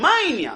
העניין